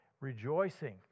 rejoicing